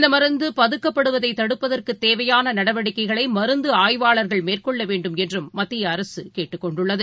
இந்தமருந்துபதுக்கப்படுவதைதடுப்பதற்குதேவையானநடவடிக்கைகளைமருந்துஆய்வாளா்கள் மேற்கொள்ளவேண்டும் என்றுமத்தியஅரசுகேட்டுக்கொண்டுள்ளது